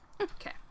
Okay